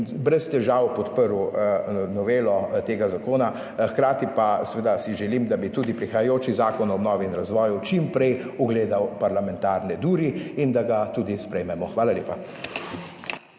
brez težav podprl novelo tega zakona, hkrati pa seveda si želim, da bi tudi prihajajoči Zakon o obnovi in razvoju čim prej ugledal parlamentarne duri, in da ga tudi sprejmemo. Hvala lepa.